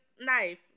knife